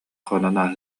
хонон